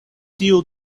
tiu